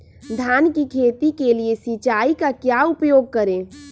धान की खेती के लिए सिंचाई का क्या उपयोग करें?